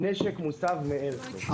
נשק מוסב לאיירסופט.